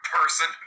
person